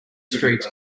streets